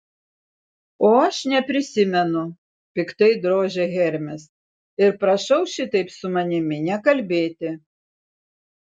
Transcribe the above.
o aš neprisimenu piktai drožia hermis ir prašau šitaip su manimi nekalbėti